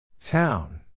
Town